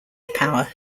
power